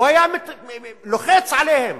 הוא היה לוחץ עליהם